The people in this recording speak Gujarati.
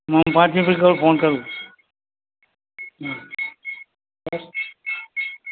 હું પાંચ મિનિટ પછી તમને ફોન કરું હમ બસ